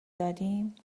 دادیم